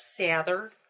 sather